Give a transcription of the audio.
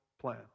plan